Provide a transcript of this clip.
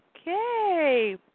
Okay